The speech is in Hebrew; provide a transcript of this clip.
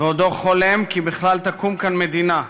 בעודו חולם כי בכלל תקום כאן מדינה.